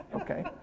Okay